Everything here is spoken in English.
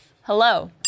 hello